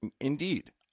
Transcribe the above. indeed